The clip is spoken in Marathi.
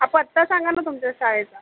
हा पत्ता सांगा ना तुमच्या शाळेचा